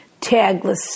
tagless